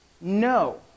no